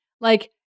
like-